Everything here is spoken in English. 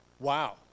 Wow